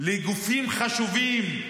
לגופים חשובים.